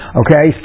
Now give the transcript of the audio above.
okay